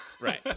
Right